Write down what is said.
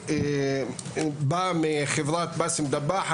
אני בא מחברת באסם דבאח,